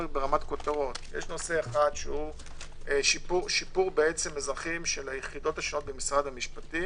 יש נושא אחד שהוא שיפור של היחידות השונות במשרד המשפטים